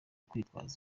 kwitwaza